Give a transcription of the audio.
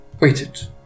waited